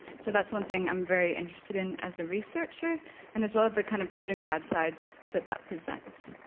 so that's one thing i'm very interested in as a researcher and as well the kind of good and bad sides that that presents.